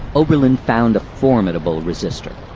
oberlin found a formidable resister.